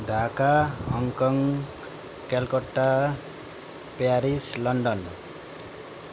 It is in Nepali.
Dhaka Hong Kong Calcutta Paris London